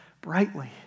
brightly